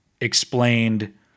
explained